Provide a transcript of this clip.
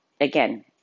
again